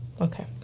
Okay